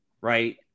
Right